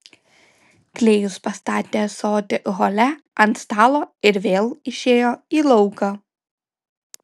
klėjus pastatė ąsotį hole ant stalo ir vėl išėjo į lauką